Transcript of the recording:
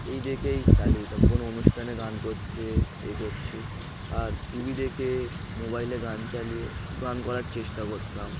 এই দেখেই চালিয়ে দিতাম কোনো অনুষ্ঠানে গান করছে এ করছে আর টি ভি দেখে মোবাইলে গান চালিয়ে গান করার চেষ্টা করতাম